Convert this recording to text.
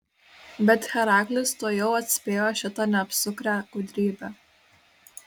bet heraklis tuojau atspėjo šitą neapsukrią gudrybę